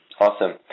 Awesome